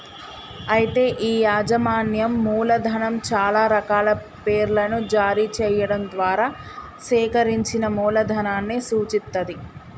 అయితే ఈ యాజమాన్యం మూలధనం చాలా రకాల పేర్లను జారీ చేయడం ద్వారా సేకరించిన మూలధనాన్ని సూచిత్తది